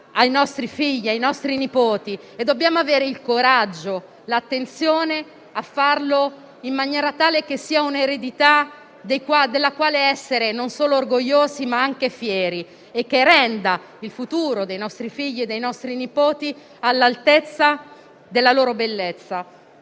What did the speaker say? ai nostri figli e ai nostri nipoti e dobbiamo avere il coraggio di farlo in maniera tale che sia un'eredità della quale essere non solo orgogliosi, ma anche fieri e che renda il futuro dei nostri figli e dei nostri nipoti all'altezza della loro bellezza.